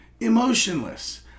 emotionless